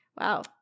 Wow